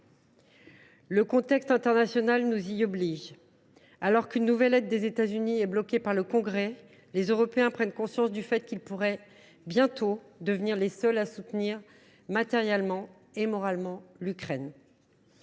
Le contexte international nous oblige à cet effort. Alors qu’une nouvelle aide des États Unis est bloquée par leur Congrès, les Européens prennent conscience du fait qu’ils pourraient bientôt être les seuls à soutenir, matériellement et moralement, l’Ukraine.